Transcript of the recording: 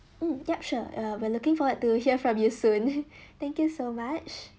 um yup sure uh we're looking forward to hear from you soon thank you so much